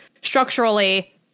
structurally